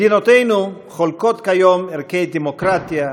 מדינותינו חולקות כיום ערכי דמוקרטיה,